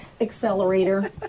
Accelerator